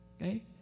Okay